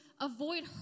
avoid